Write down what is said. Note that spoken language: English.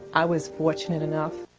i was fortunate enough